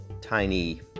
tiny